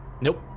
Nope